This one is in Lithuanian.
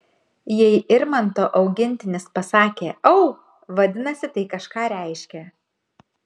jei irmanto augintinis pasakė au vadinasi tai kažką reiškia